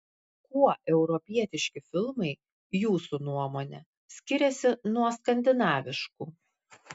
kuo europietiški filmai jūsų nuomone skiriasi nuo skandinaviškų